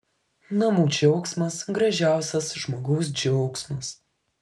namų džiaugsmas gražiausias žmogaus džiaugsmas